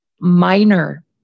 minor